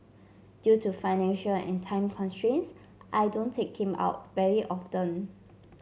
due to financial and time constraints I don't take him out very often